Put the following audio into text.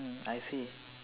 mm I see